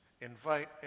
invite